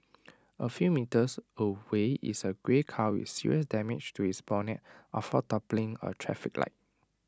A few metres away is A grey car with serious damage to its bonnet after toppling A traffic light